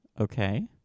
Okay